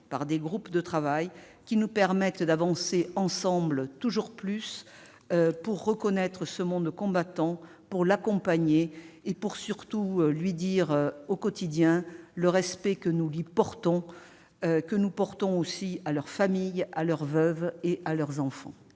sur des groupes de travail qui nous permettent d'avancer ensemble toujours plus, pour reconnaître ce monde combattant, pour l'accompagner et surtout pour lui dire au quotidien le respect que nous lui portons, ainsi qu'aux familles, aux veuves et aux enfants.